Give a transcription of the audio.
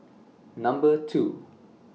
Number two